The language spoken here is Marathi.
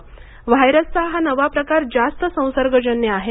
व्हायरसचा हा नवा प्रकार जास्त संसर्गजन्य आहे